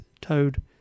Toad